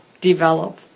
develop